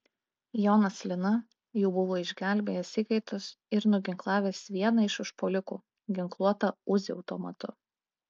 jonas lina jau buvo išgelbėjęs įkaitus ir nuginklavęs vieną iš užpuolikų ginkluotą uzi automatu